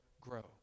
grow